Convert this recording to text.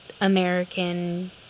American